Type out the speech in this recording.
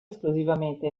esclusivamente